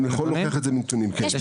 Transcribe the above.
אני יכול להוכיח את זה בנתונים, בהחלט כן.